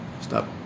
Stop